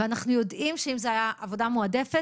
ואנחנו יודעים שאם זו הייתה עבודה מועדפת